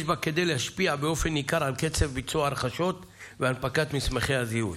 יש בה כדי להשפיע באופן ניכר על קצב ביצוע ההרכשות והנפקת מסמכי הזיהוי.